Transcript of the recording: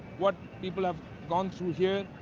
what people have gone through here,